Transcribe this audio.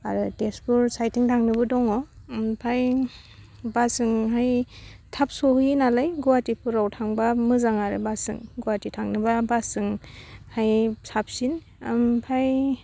आरो तेजपुर साइटटिं थांनोबो दङ ओमफाय बासजोंहाय थाब सौहैयोनालाय गुवाहाटिफोराव थांबा मोजां आरो बासजों गुवाहाटि थांनोबा बासजोंहाय साबसिन ओमफाय